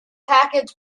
package